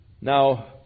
Now